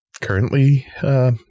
currently